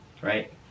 Right